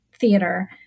theater